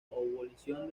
abolición